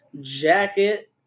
jacket